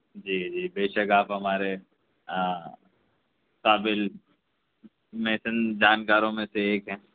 جی جی بے شک آپ ہمارے قابل میسن جانکاروں میں سے ایک ہیں